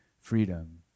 freedom